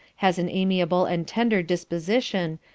has an amiable and tender disposition,